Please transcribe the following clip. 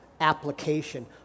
application